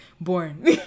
born